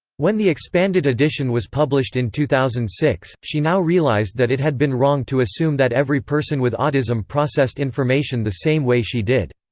when the expanded edition was published in two thousand and six, she now realized that it had been wrong to assume that every person with autism processed information the same way she did.